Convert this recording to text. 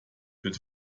wird